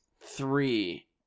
three